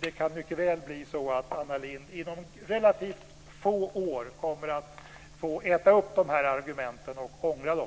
Det kan mycket väl bli så att Anna Lindh inom relativt få år kommer att få äta upp dessa argument och ångra dem.